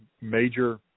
major